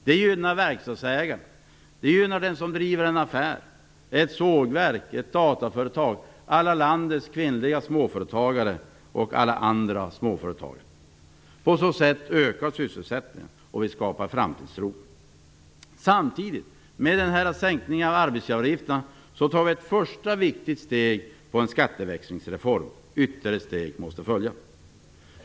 Det gynnar verkstadsägaren, den som driver en affär, ett sågverk, ett dataföretag, alla landets kvinnliga småföretagare och alla andra småföretagare. På så sätt ökar sysselsättningen och vi skapar framtidstro. Samtidigt med sänkningen av arbetsgivaravgifterna tas ett första viktigt steg på en skatteväxlingsreform. Ytterligare steg måste följa.